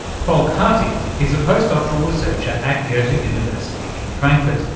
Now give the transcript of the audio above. falk hartig is a post-doctoral researcher at goethe university in frankfurt.